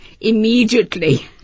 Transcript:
immediately